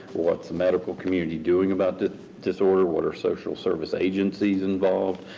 what's the medical community doing about the disorder what are social service agencies involved.